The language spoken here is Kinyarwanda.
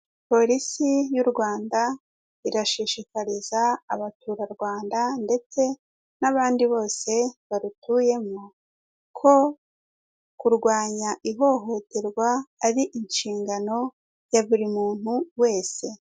Polisi y'u Rwanda irashishikariza abaturarwanda ndetse n'abandi bose barutuyemo ko kurwanya ihohoterwa ari inshingano ya buri muntu wese.